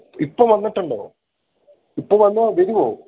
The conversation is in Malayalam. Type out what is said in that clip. ഇപ്പോള് വന്നിട്ടുണ്ടോ ഇപ്പോള് വന്നാല് വിടുമോ